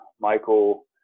Michael